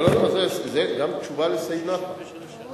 לא, זאת עדיין תשובה לחבר הכנסת סעיד נפאע.